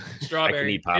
strawberry